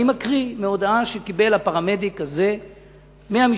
אני קורא מהודעה שקיבל הפרמדיק הזה מהמשטרה,